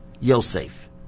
Yosef